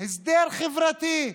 הסדר חברתי.